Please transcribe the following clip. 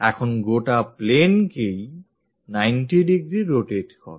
এখন গোটা planeকেই 90 degree rotate করো